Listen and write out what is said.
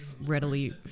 readily